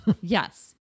Yes